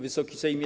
Wysoki Sejmie!